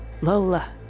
Lola